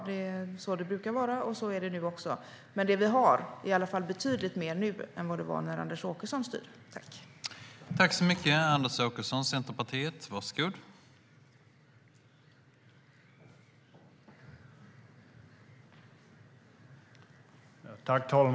Det är så det brukar vara, och så är det nu också. Men det vi har är i alla fall betydligt mer nu än vad det var när Anders Åkessons parti var med och styrde.